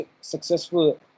successful